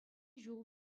ҫул